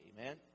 Amen